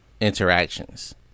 interactions